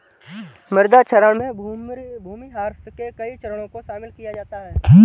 मृदा क्षरण में भूमिह्रास के कई चरणों को शामिल किया जाता है